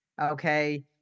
Okay